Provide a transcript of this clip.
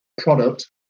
product